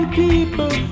people